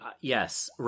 Yes